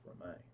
remain